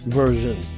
version